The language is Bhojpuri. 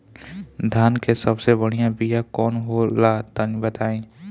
धान के सबसे बढ़िया बिया कौन हो ला तनि बाताई?